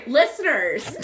listeners